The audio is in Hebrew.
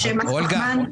יש מס פחמן.